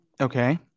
Okay